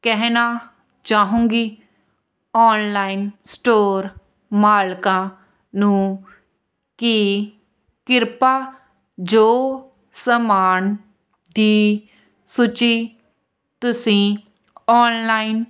ਕਹਿਣਾ ਚਾਹੂੰਗੀ online store ਮਾਲਕਾਂ ਨੂੰ ਕਿ ਕਿਰਪਾ ਜੋ ਸਮਾਨ ਦੀ ਸੂਚੀ ਤੁਸੀਂ ਓਨਲਾਈਨ